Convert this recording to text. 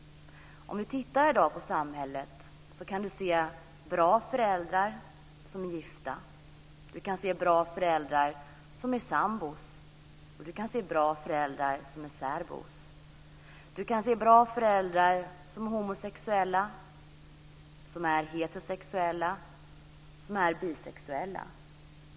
Vi kan i dag i samhället se bra föräldrar som är gifta. Det finns bra föräldrar som är sambor, och det finns bra föräldrar som är särbor. Det finns bra föräldrar som är homosexuella, heterosexuella eller är bisexuella.